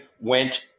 went